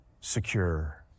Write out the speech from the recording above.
secure